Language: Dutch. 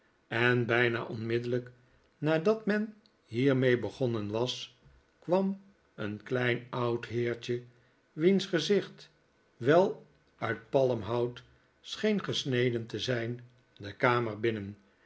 en bijna onmiddellijk nadat men hiermee begonnen was kwam een klein oud heertje wiens gezicht wel uit palmhout scheen gesneden te zijn de kamer binnen